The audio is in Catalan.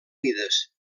mides